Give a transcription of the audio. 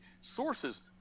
sources